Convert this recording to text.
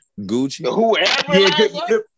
Gucci